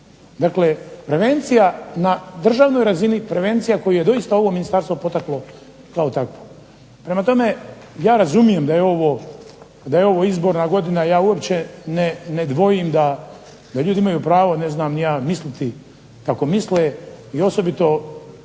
Dakle, prevencija na državnoj razini prevencija koju je doista ovo ministarstvo potaklo kao takvo. Prema tome, ja razumijem da je ovo izborna godina, ja uopće dvojim da ljudi imaju pravo ne znam ni ja misliti kako misle i osobito